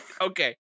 okay